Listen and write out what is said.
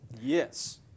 Yes